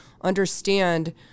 understand